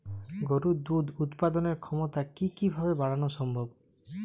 গরুর দুধ উৎপাদনের ক্ষমতা কি কি ভাবে বাড়ানো সম্ভব?